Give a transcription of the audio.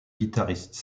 guitariste